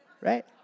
Right